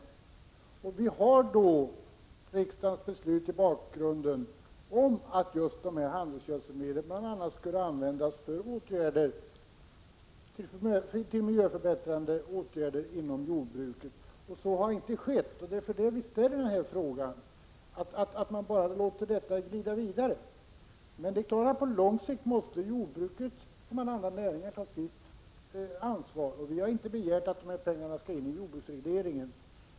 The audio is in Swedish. Vi har då i bakgrunden riksdagens beslut om att just de här handelsgödselmedlen bl.a. skulle användas till miljöförbättrande åtgärder inom jordbruket. Så har inte skett. Det är därför vi ställer frågan varför man bara låter detta glida vidare. Men det är klart att på lång sikt måste jordbruket som andra näringar ta sitt ansvar. Vi har inte begärt att de här pengarna skall in i jordbruksregleringen.